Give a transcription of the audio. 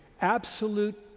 absolute